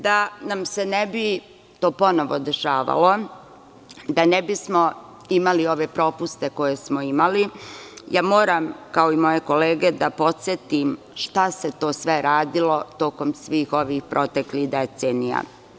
Da nam se ne bi to ponovo dešavalo, da ne bi smo imali ove propuste koje smo imali, ja moram, kao i moje kolege, da podsetim šta se to sve radilo tokom svih ovih proteklih decenija.